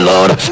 Lord